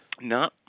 No